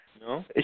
No